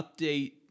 update